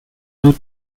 eaux